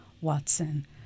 Watson